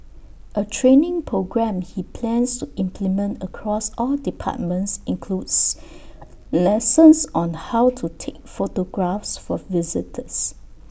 A training programme he plans to implement across all departments includes lessons on how to take photographs for visitors